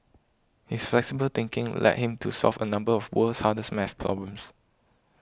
his flexible thinking led him to solve a number of world's hardest math problems